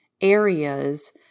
areas